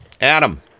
Adam